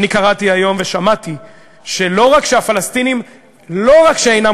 אני קראתי היום ושמעתי שלא רק שהפלסטינים אינם